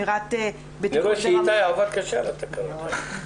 אני רואה שאיתי עבד קשה על התקנות.